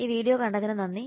ഈ വീഡിയോ കണ്ടതിനു നന്ദി